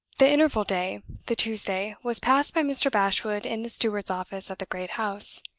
the interval day, the tuesday, was passed by mr. bashwood in the steward's office at the great house.